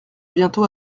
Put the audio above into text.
bientôt